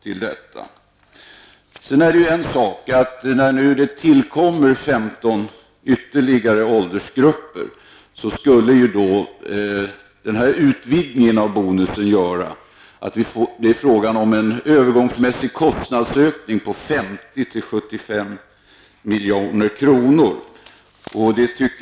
Nu kommer ytterligare 15 åldersgrupper att omfattas av allemanssparandet och då skulle en utvidgning av bonusen medföra att det blir en övergångsmässig konstnadsökning på 50--75 milj.kr.